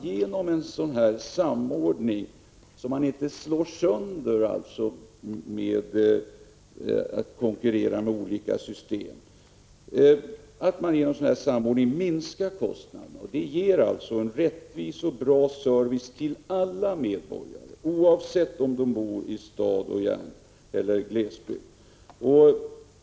Genom en sådan här samordning, som man inte slår sönder genom att konkurrera med andra system, minskar kostnaderna. Det ger en rättvis och bra service till alla medborgare, oavsett om de bor i en stad eller i glesbygd.